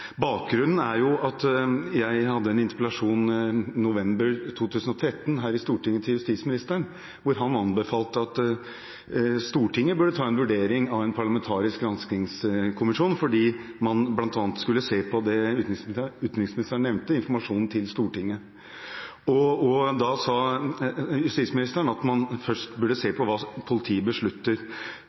Bakgrunnen er den interpellasjonen jeg hadde til justisministeren i november 2013 her i Stortinget. Statsråden anbefalte at Stortinget burde vurdere en parlamentarisk granskingskommisjon, hvor man bl.a. skulle se på det utenriksministeren nevnte, som gjaldt informasjon til Stortinget. Da sa justisministeren at man først burde se på hva politiet